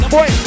Boy